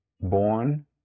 born